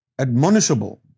admonishable